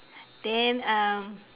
then um